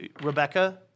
Rebecca